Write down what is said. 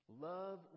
Love